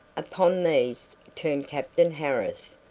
upon these turned captain harris,